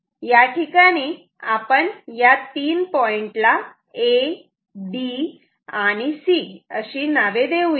या ठिकाणी आपण या तीन पॉइंटला A B आणि C अशी नावे देऊया